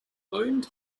owned